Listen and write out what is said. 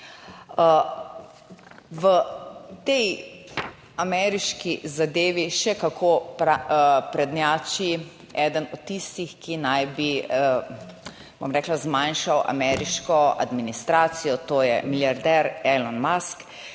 V tej ameriški zadevi še kako prednjači eden od tistih, ki naj bi, bom rekla, zmanjšal ameriško administracijo, to je milijarder Elon Musk,